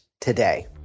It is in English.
today